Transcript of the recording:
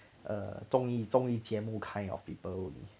err 综艺综艺节目 kind of people